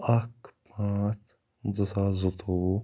اَکھ پانٛژھ زٕ ساس زٕتووُہ